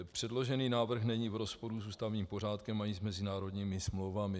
Předložený návrh není v rozporu s ústavním pořádkem ani s mezinárodními smlouvami.